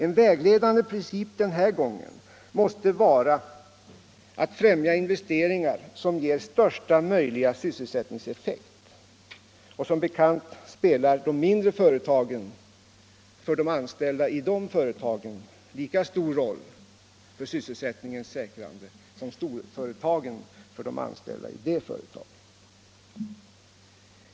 En vägledande princip den här gången måste vara att främja investeringar som har största möjliga sysselsättningseffekt. Som bekant spelar de mindre företagen för sina anställda lika stor roll för sysselsättningens säkrande som storföretagen för sina anställda.